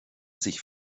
sich